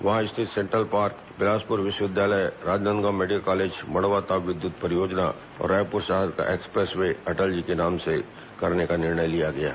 वहां स्थित central park Bilaspur विश्वविद्यालय राजनांदगांव मेडिकल कॉलेज मड़वा ताप बिजली परियोजना और रायपुर शहर का एक्सप्रेस वे भी अटल जी के नाम पर करने का निर्णय लिया गया है